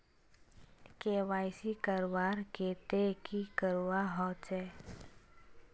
KYC करवार केते की करवा होचए?